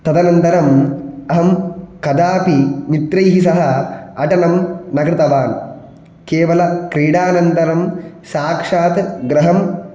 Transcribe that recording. तदनन्तरं अहं कदापि मित्रैः सह अटनं न कृतवान् केवलक्रीडानन्तरं साक्षात् गृहं